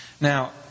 Now